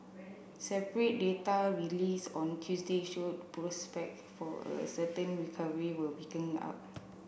separate data released on Tuesday showed prospect for a sustained recovery were picking up